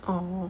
orh